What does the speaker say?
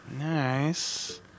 Nice